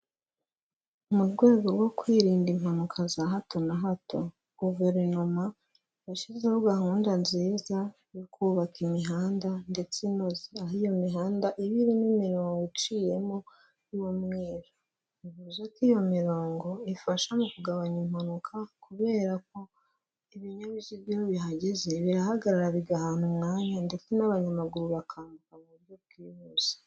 Mu rwego rwo kwirinda impanuka za hato na hato, guverinoma yashyizeho gahunda nziza yo kubaka imihanda ndetse inoze, aho iyo mihanda ibi irimo imirongo iciyemo y'umweru, bivuze ko iyo mirongo ifasha mu kugabanya impanuka, kubera ko ibinyabiziga bihageze birahagarara bigahana umwanya ndetse n'abanyamaguru bakanmbuka mu buryo bwihuse.